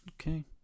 Okay